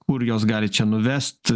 kur jos gali čia nuvest